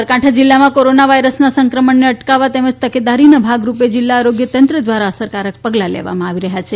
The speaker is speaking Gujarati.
સાબરકાંઠા જિલ્લામાં કોરોના વાયરસને સંક્રમણને અટકાવવા તેમજ તકેદારીના ભાગરૂપે જિલ્લા આરોગ્ય તંત્ર દ્વારા અસરકારક પગલા લેવામાં આવી રહ્યા છે